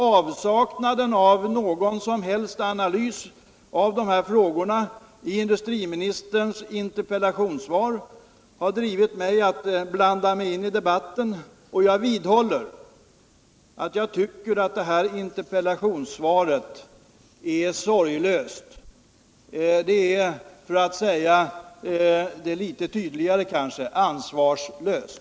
Avsaknaden av någon som helst analys av dessa frågor i industriministerns interpellationssvar har drivit mig att blanda mig i debatten, och jag vidhåller att jag tycker att interpellationssvaret är sorglöst. Det är, för att säga det litet tydligare kanske, ansvarslöst.